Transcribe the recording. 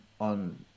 on